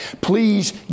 please